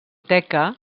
teca